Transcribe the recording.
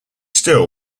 still